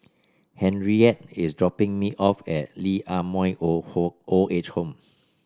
Henriette is dropping me off at Lee Ah Mooi Old Old Age Home